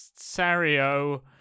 Sario